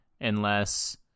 unless-